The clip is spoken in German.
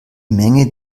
menge